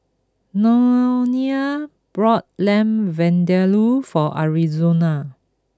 Nonie brought Lamb Vindaloo for Arizona